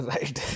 Right